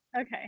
Okay